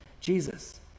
Jesus